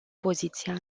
poziția